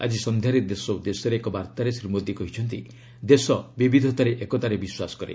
ଆଜି ସନ୍ଧ୍ୟାରେ ଦେଶ ଉଦ୍ଦେଶ୍ୟରେ ଏକ ବାର୍ତ୍ତାରେ ଶ୍ରୀ ମୋଦୀ କହିଛନ୍ତି ଦେଶ 'ବିବିଧତାରେ ଏକତା'ରେ ବିଶ୍ୱାସ କରେ